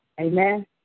amen